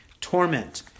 Torment